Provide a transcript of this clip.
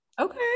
okay